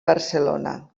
barcelona